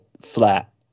flat